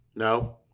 No